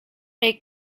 est